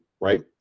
right